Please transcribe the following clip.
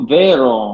vero